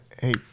hey